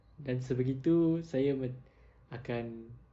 dan sebegitu saya me~ akan